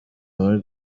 muri